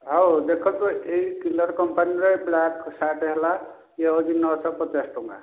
ହଉ ଦେଖନ୍ତୁ ଏଇ କିଲର୍ କମ୍ପାନୀର ବ୍ଲାକ୍ ସାର୍ଟ୍ ହେଲା ଇଏ ହେଉଛି ନଅଶହ ପଚାଶ ଟଙ୍କା